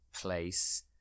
place